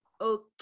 okay